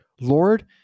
Lord